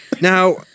Now